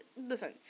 listen